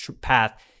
path